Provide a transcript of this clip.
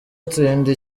atsinda